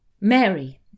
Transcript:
Mary